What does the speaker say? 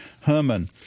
Herman